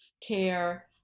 care